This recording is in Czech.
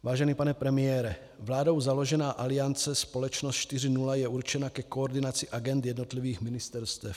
Vážený pane premiére, vládou založená Aliance Společnost 4.0 je určena ke koordinaci agend jednotlivých ministerstev.